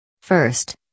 First